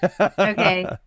Okay